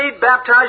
baptized